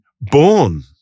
born